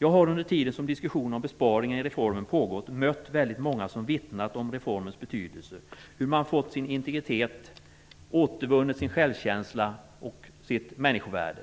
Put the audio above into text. Jag har under den tid som diskussionen om besparingar i reformen pågått mött väldigt många som vittnat om reformens betydelse, hur man genom den har fått sin integritet och återvunnit sin självkänsla och sitt människovärde.